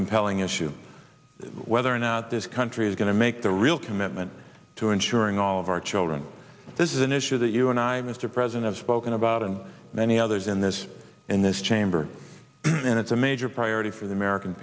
compelling issue whether or not this country is going to make the real commitment to ensuring all of our children this is an issue that you and i mr president have spoken about and many others in this in this chamber and it's a major priority for the american